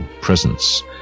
presence